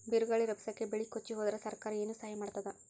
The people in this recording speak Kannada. ಬಿರುಗಾಳಿ ರಭಸಕ್ಕೆ ಬೆಳೆ ಕೊಚ್ಚಿಹೋದರ ಸರಕಾರ ಏನು ಸಹಾಯ ಮಾಡತ್ತದ?